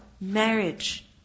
Marriage